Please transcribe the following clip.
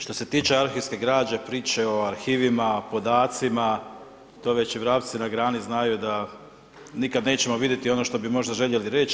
Što se tiče arhivske građe, priče o arhivima, podacima to već i vrapci na grani znaju da nikada nećemo vidjeti ono što bi možda željeli reći.